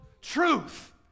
truth